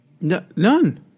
None